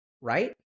Right